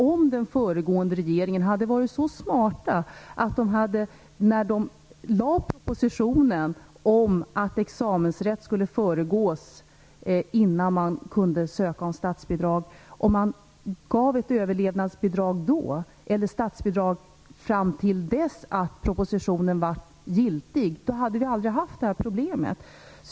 Om den föregående regeringen hade varit så smart att den, när den lade fram propositionen om att examensrätt skulle föregå en ansökan om statsbidrag, gav ett överlevnadsbidrag eller statsbidrag fram till dess att propositionen var giltig, skulle vi aldrig ha haft det här problemet.